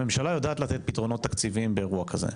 הממשלה יודעת לתת פתרונות תקציביים באירוע כזה.